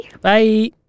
bye